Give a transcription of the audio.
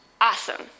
Awesome